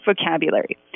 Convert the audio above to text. vocabulary